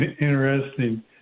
interesting